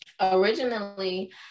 Originally